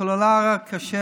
הסלולר הכשר